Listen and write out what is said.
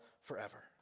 forever